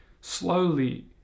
slowly